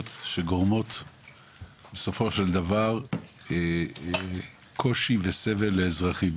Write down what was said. שגורמות בסופו של דבר קושי וסבל לאזרחים.